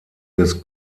des